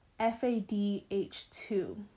FADH2